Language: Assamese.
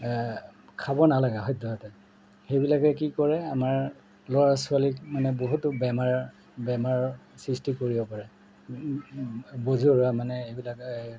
খাব নালাগে সদ্যহতে সেইবিলাকে কি কৰে আমাৰ ল'ৰা ছোৱালীক মানে বহুতো বেমাৰ বেমাৰৰ সৃষ্টি কৰিব পাৰে বজৰুৱা মানে এইবিলাক